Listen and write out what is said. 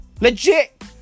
Legit